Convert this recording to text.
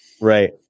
Right